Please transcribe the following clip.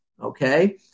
okay